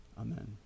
Amen